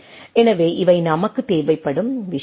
எனவே இவை நமக்குத் தேவைப்படும் விஷயங்கள்